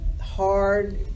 hard